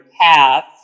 path